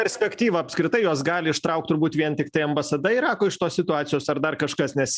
perspektyva apskritai juos gali ištraukt turbūt vien tiktai ambasada irako iš tos situacijos ar dar kažkas nes